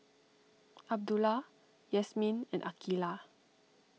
Abdullah Yasmin and Aqilah